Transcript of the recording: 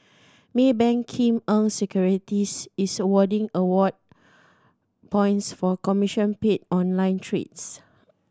Maybank Kim Eng Securities is awarding award points for commission paid on online trades